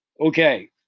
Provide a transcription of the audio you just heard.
okay